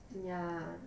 yeah